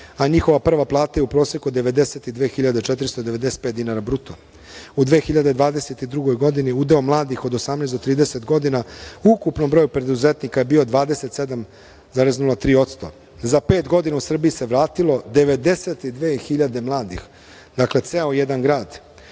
a njihova prva plata je u proseku 92.495 dinara bruto. U 2022. godini udeo mladih od 18 do 30 godina u ukupnom broju preduzetnika je bio 27,03%. Za pet godina u Srbiju se vratilo 92.000 mladih, dakle ceo jedan